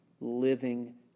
living